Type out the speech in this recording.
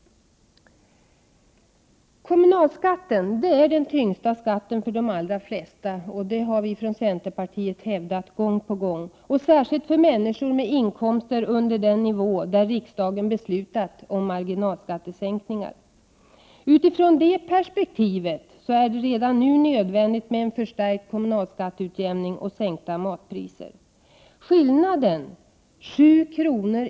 Kommunalskatten är den tyngsta skatten för de allra flesta, vilket vi från centerpartiet har hävdat gång på gång, särskilt för människor med inkomster under den nivå där riksdagen har beslutat om marginalskattesänkningar. Från det perspektivet är det redan nu nödvändigt med en förstärkt kommunalskatteutjämning och sänkta matpriser. Skillnaden 7 kr.